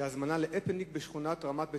זו הזמנה להפנינג בשכונת רמת בית-הכרם,